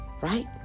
right